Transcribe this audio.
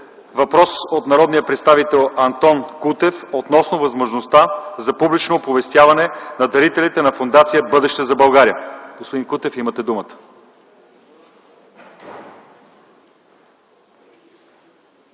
Въпрос от народния представител Антон Кутев относно възможността за публично оповестяване на дарителите на фондация „Бъдеще за България”. Господин Кутев, имате думата.